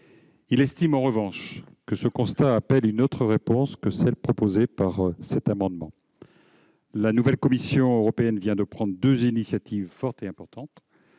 Il estime en revanche que ce constat appelle une autre réponse que celle qui est proposée. La nouvelle Commission européenne vient de prendre deux initiatives fortes et importantes.